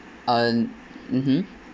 uh mmhmm